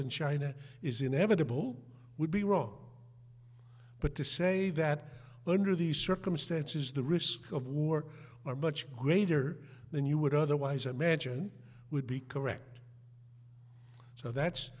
and china is inevitable would be wrong but to say that under these circumstances the risk of war are much greater than you would otherwise imagine would be correct so that's